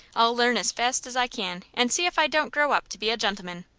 i'll learn as fast as i can, and see if i don't grow up to be a gentleman.